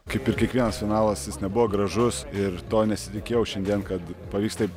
kaip ir kiekvienas finalas jis nebuvo gražus ir to nesitikėjau šiandien kad pavyks taip